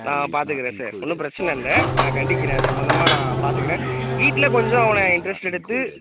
நான் பார்த்துக்குறன் சார் ஒன்றும் பிரச்சனை இல்லை நான் கண்டிக்கிறேன் சம்மந்தமாக நான் பார்த்துக்குறன் வீட்டில் கொஞ்சம் அவனை இன்ட்ரஸ்ட் எடுத்து